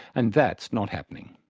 and that's not happening.